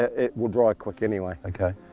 it will dry quick anyway. okay.